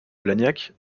blagnac